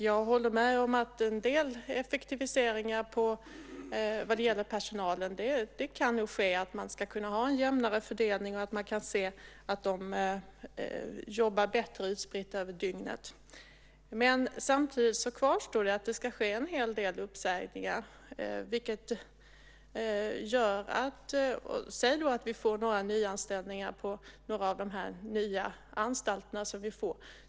Jag håller med om att en del effektiviseringar vad gäller personalen nog kan ske, att man ska kunna ha en jämnare fördelning och att man ska kunna jobba mer utspritt över dygnet. Samtidigt kvarstår att det ska ske en hel del uppsägningar. Säg då att det görs nyanställningar på några av de nya anstalterna.